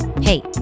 Hey